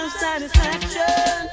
satisfaction